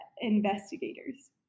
investigators